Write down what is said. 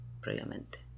previamente